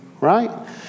right